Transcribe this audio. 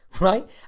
Right